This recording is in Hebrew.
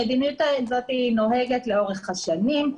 המדיניות נוהגת לאורך השנים.